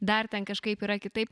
dar ten kažkaip yra kitaip